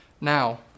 Now